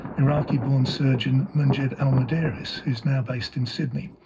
iraqi-born surgeon munjed al muderis who's now based in sydney.